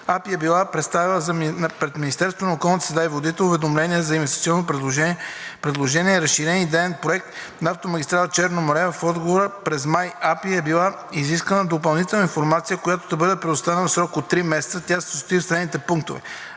АПИ е била представила пред Министерството на околната среда и водите – МОСВ, уведомление за инвестиционно предложение „Разширен идеен проект за АМ „Черно море“. В отговора през май от АПИ е била изискана допълнителна информация, която да бъде представена в срок до три месеца. Тя се състои в следните пунктове: